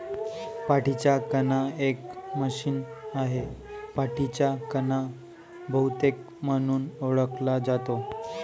पाठीचा कणा एक मशीन आहे, पाठीचा कणा बहुतेक म्हणून ओळखला जातो